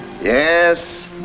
Yes